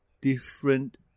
different